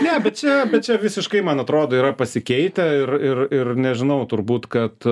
ne bet čia bet čia visiškai man atrodo yra pasikeitę ir ir ir nežinau turbūt kad